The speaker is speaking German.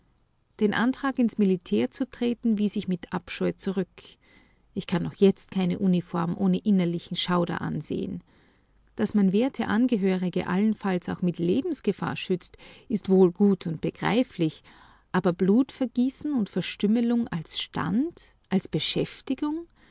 den antrag ins militär zu treten wies ich mit abscheu zurück ich kann noch jetzt keine uniform ohne innerlichen schauder ansehen daß man werte angehörige allenfalls auch mit lebensgefahr schützt ist wohl gut und begreiflich aber blutvergießen und verstümmlung als stand als beschäftigung